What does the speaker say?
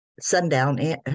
sundown